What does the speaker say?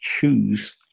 choose